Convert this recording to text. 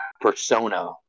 persona